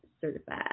certified